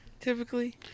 typically